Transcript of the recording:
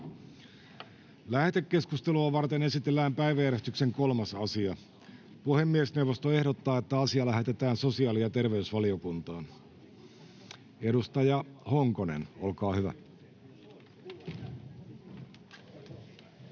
Lähetekeskustelua varten esitellään päiväjärjestyksen 3. asia. Puhemiesneuvosto ehdottaa, että asia lähetetään sosiaali- ja terveysvaliokuntaan. — Edustaja Honkonen, olkaa hyvä. Arvoisa